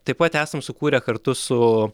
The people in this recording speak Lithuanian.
taip pat esam sukūrę kartu su